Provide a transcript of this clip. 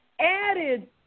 added